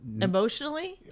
emotionally